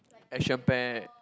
action packed